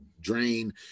drain